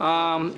1 אושר.